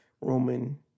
Roman